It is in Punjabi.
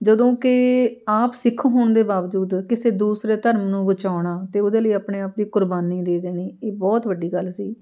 ਜਦੋਂ ਕਿ ਆਪ ਸਿੱਖ ਹੋਣ ਦੇ ਬਾਵਜੂਦ ਕਿਸੇ ਦੂਸਰੇ ਧਰਮ ਨੂੰ ਬਚਾਉਣਾ ਅਤੇ ਉਹਦੇ ਲਈ ਆਪਣੇ ਆਪ ਦੀ ਕੁਰਬਾਨੀ ਦੇ ਦੇਣੀ ਇਹ ਬਹੁਤ ਵੱਡੀ ਗੱਲ ਸੀ